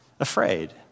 afraid